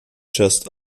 just